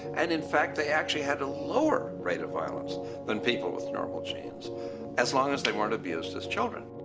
and in fact they actually had a lower rate of violence than people with normal genes as long as they weren't abused as children.